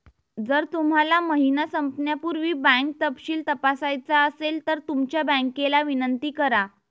जर तुम्हाला महिना संपण्यापूर्वी बँक तपशील तपासायचा असेल तर तुमच्या बँकेला विनंती करा